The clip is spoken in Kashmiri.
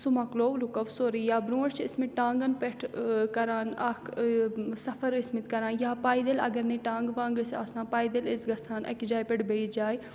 سُہ مۄکلو لُکو سورُے یا برٛونٛٹھ چھِ ٲسۍمٕتۍ ٹانٛگَن پٮ۪ٹھ کَران اکھ سفر ٲسۍمٕتۍ کَران یا پایدٔلۍ اَگر نَے ٹانٛگہٕ وانٛگہٕ ٲسۍ آسان پایدٔلۍ ٲسۍ گَژھان اَکہِ جایہِ پٮ۪ٹھ بیٚیِس جایہِ